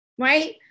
right